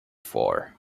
for